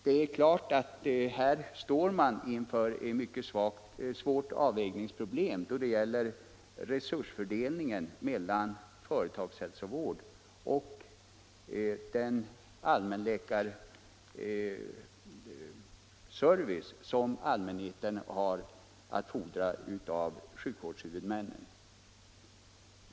Det är klart att man här står inför mycket svåra avvägningsproblem då det gäller resursfördelningen mellan företagshälsovården och den allmänläkarservice som allmänheten har rätt att fordra av sjukvårdshuvudmännen.